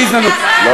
בעבודה, זה הקרקס.